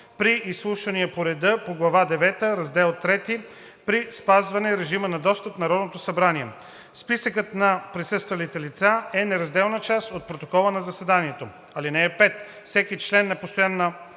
при изслушвания по реда на глава девета, раздел III при спазване режима на достъп в Народното събрание. Списъкът на присъствалите лица е неразделна част от протокола на заседанието. (5) Всеки член на постоянна